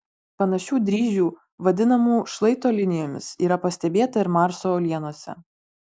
panašių dryžių vadinamų šlaito linijomis yra pastebėta ir marso uolienose